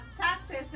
taxes